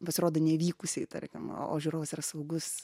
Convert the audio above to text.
pasirodo nevykusiai tarkim o o žiūrovas yra saugus